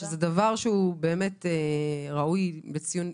זה דבר שהוא ראוי לציון.